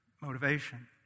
motivation